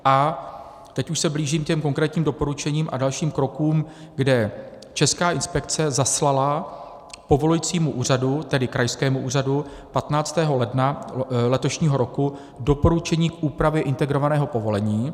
A teď už se blížím ke konkrétním doporučením a dalším krokům, kde Česká inspekce zaslala povolujícímu úřadu, tedy krajskému úřadu, 15. ledna letošního roku doporučení k úpravě integrovaného povolení.